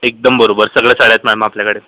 एकदम बरोबर सगळ्या साड्या आहेत मॅम आपल्याकडे